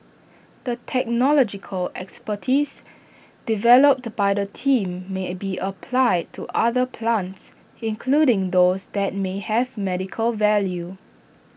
the technological expertise developed by the team may be applied to other plants including those that may have medical value